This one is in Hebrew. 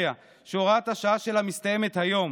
יישובים בפריפריה שהוראת השעה שלה מסתיימת היום.